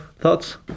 thoughts